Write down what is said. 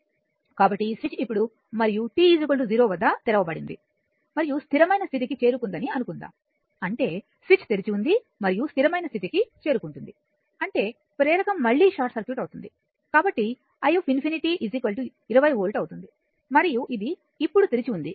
కాబట్టి ఈ స్విచ్ ఇప్పుడు మరియు t 0 వద్ద తెరవబడింది మరియు స్థిరమైన స్థితికి చేరుకుందని అనుకుందాం అంటే స్విచ్ తెరిచి ఉంది మరియు స్థిరమైన స్థితికి చేరుకుంటుంది అంటే ప్రేరకం మళ్ళీ షార్ట్ సర్క్యూట్ అవుతుంది కాబట్టి i 20 వోల్ట్ అవుతుంది మరియు ఇది ఇప్పుడు తెరిచి ఉంది